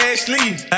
Ashley